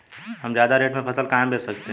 हम ज्यादा रेट में फसल कहाँ बेच सकते हैं?